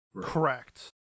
Correct